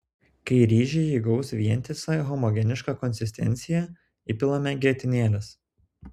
kai ryžiai įgaus vientisą homogenišką konsistenciją įpilame grietinėlės